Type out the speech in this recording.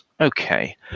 Okay